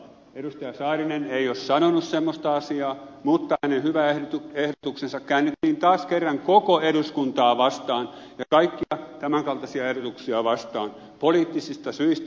edustaja saarinen ei ole sanonut semmoista asiaa mutta hänen hyvä ehdotuksensa käännettiin taas kerran koko eduskuntaa vastaan ja kaikkia tämän kaltaisia ehdotuksia vastaan poliittisista syistä